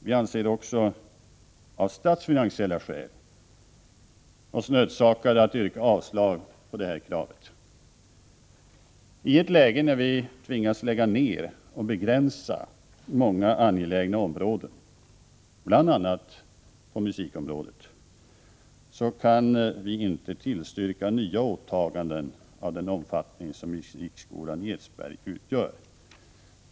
Vi anser oss också av statsfinansiella skäl nödsakade att yrka avslag på detta krav. I ett läge när vi tvingas lägga ned eller begränsa verksamheten på många angelägna områden, bl.a. på musikområdet, kan vi inte tillstyrka nya åtaganden av den omfattning som här föreslås i Edsberg.